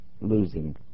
Losing